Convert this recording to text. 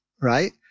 right